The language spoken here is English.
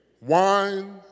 wine